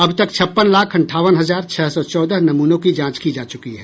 अब तक छप्पन लाख अंठावन हजार छह सौ चौदह नमूनों की जांच की जा चुकी है